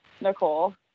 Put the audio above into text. Nicole